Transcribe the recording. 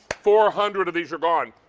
four hundred of these are gone.